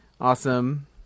awesome